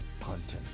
content